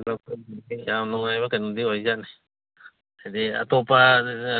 ꯑꯗꯣ ꯌꯥꯝ ꯅꯨꯡꯉꯥꯏꯕ ꯀꯩꯅꯣꯗꯤ ꯑꯣꯏꯖꯥꯠꯅꯦ ꯍꯥꯏꯗꯤ ꯑꯇꯣꯞꯄ